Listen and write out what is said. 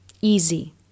easy